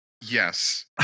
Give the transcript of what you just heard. yes